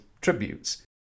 tributes